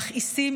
מכעיסים,